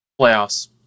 Playoffs